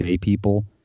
people